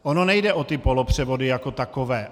Ono nejde o ty polopřevody jako takové.